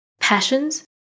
passions